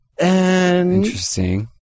Interesting